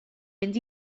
mynd